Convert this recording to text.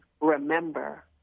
remember